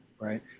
Right